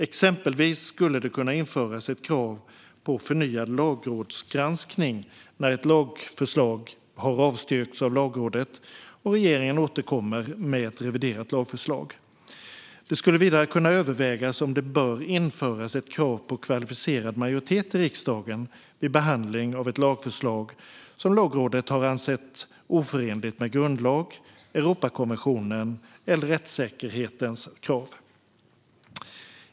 Exempelvis skulle det kunna införas ett krav på förnyad lagrådsgranskning när ett lagförslag har avstyrkts av Lagrådet och regeringen återkommer med ett reviderat lagförslag. Det skulle vidare kunna övervägas om det bör införas ett krav på kvalificerad majoritet i riksdagen vid behandlingen av ett lagförslag som Lagrådet har ansett oförenligt med grundlag, Europakonventionen eller rättssäkerhetens krav.